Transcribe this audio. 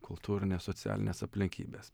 kultūrinės socialinės aplinkybės